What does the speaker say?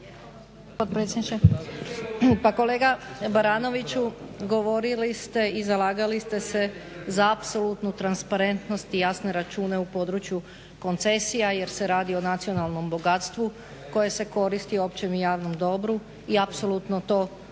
Pa kolega Baranoviću govorili ste i zalagali ste se za apsolutnu transparentnost i jasne račune u području koncesija jer se radi o nacionalnom bogatstvu koje se koristi, općem i javnom dobru i apsolutno to